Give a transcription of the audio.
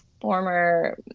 former